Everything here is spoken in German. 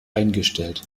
eingestellt